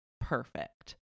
perfect